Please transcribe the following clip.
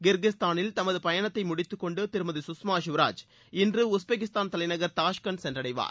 கிர்கிஸ்தானில் தமது பயணத்தை முடித்துக்கொண்டு திருமதி சுஷ்மா ஸ்வராஜ் இன்று உஸ்பெகிஸ்தான் தலைநகர் தாஸ்கண்ட் சென்றடைவார்